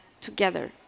together